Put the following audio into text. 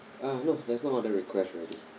uh no there's no other request already